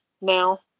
now